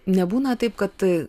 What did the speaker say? nebūna taip kad